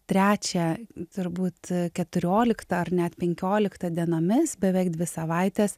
trečią turbūt keturiolikta ar net penkiolikta dienomis beveik dvi savaites